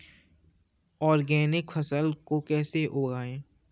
Organic फसल को कैसे उगाएँ?